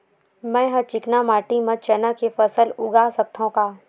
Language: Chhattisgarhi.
मै ह चिकना माटी म चना के फसल उगा सकथव का?